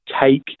take